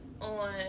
on